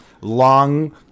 Long